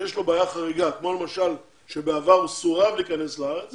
יש לו בעיה חריגה כמו למשל שבעבר הוא סורב להיכנס לארץ,